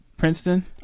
Princeton